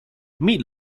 meat